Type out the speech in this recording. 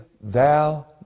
thou